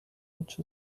which